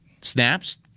snaps